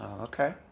Okay